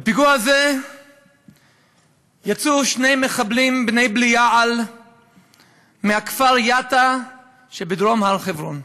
לפיגוע הזה יצאו שני מחבלים בני-בליעל מהכפר יטא שבדרום הר-חברון.